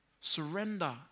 Surrender